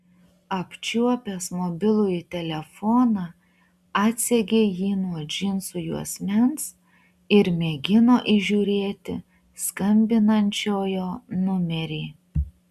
apčiuopęs mobilųjį telefoną atsegė jį nuo džinsų juosmens ir mėgino įžiūrėti skambinančiojo numerį